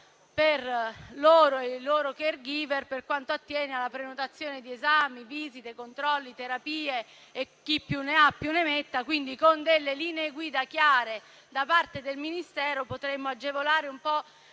per loro e i loro *caregiver* per quanto attiene alla prenotazione di esami, visite, controlli, terapie e chi più ne ha più ne metta. Con linee guida chiare da parte del Ministero potremmo quindi agevolare la